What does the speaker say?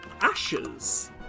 ashes